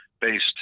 based